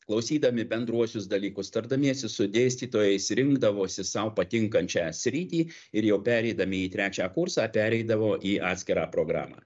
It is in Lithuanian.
klausydami bendruosius dalykus tardamiesi su dėstytojais rinkdavosi sau patinkančią sritį ir jau pereidami į trečią kursą pereidavo į atskirą programą